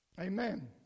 Amen